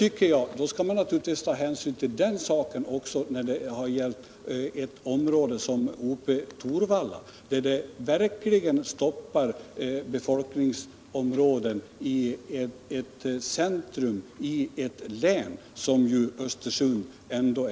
Men då skall man naturligtvis ta hänsyn till detta också när det gäller ett område som Ope-Torvalla, där det verkligen blivit ett stopp när det gäller befolkningen. Östersund är ändå ett centrum i länet.